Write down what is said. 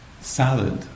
salad